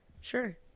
Sure